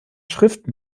schriften